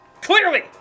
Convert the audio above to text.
Clearly